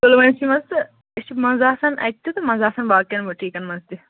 پُلوٗٲمِسٕے منٛز تہٕ أسۍ چھِ منٛزٕ آسان اتہِ تہٕ منٛزٕ آسان باقین بیٛوٗٹیکن منٛز تہِ